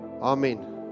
Amen